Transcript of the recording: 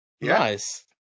Nice